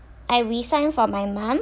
I re-signed for my mum